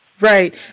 Right